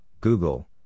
Google